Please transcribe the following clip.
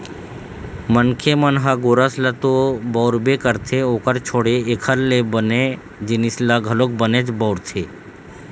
मनखे मन ह गोरस ल तो बउरबे करथे ओखर छोड़े एखर ले बने जिनिस ल घलोक बनेच बउरथे